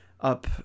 up